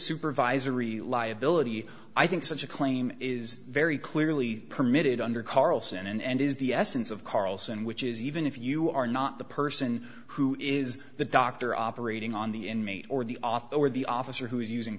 supervisory liability i think such a claim is very clearly permitted under karlsson and is the essence of carlson which is even if you are not the person who is the doctor operating on the inmate or the author or the officer who is using